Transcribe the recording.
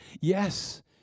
Yes